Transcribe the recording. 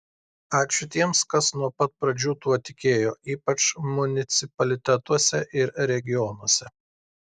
ačiū tiems kas nuo pat pradžių tuo tikėjo ypač municipalitetuose ir regionuose